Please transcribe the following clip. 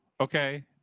Okay